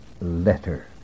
letter